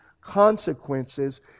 consequences